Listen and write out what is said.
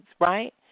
right